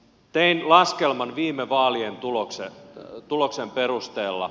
tein laskelman viime vaalien tuloksen perusteella